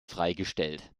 freigestellt